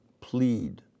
plead